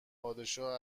پادشاه